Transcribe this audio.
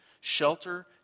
shelter